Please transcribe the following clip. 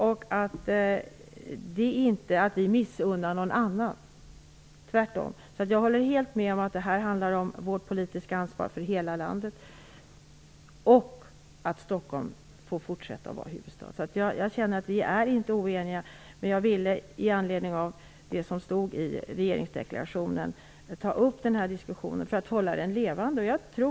Det är inte det att vi missunnar någon annan, tvärtom. Jag håller helt med om att det här handlar om vårt politiska ansvar för hela landet. Det handlar också om att Stockholm skall få fortsätta att vara kulturhuvudstad. Vi är inte oeniga, men jag ville med anledning av det som stod i regeringsdeklarationen ta upp den här diskussionen för att hålla den levande.